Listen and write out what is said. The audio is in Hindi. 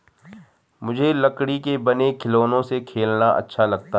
मुझे लकड़ी के बने खिलौनों से खेलना अच्छा लगता है